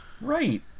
right